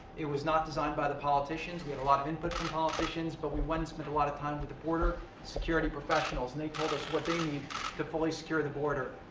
it was not designed by the politicians and a lot of input from politicians, but we went and spent a lot of time with the border security professionals and they told us what they need to fully secure the border.